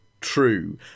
true